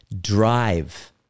drive